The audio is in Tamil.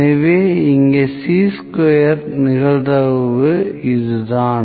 எனவே இங்கே சீ ஸ்கொயர்கான நிகழ்தகவு இதுதான்